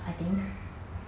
I think